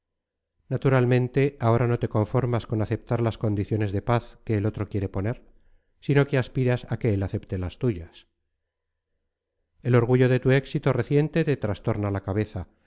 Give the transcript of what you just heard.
naturalmente ahora no te conformas con aceptar las condiciones de paz que el otro quiere poner sino que aspiras a que él acepte las tuyas el orgullo de tu éxito reciente te trastorna la cabeza